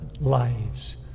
lives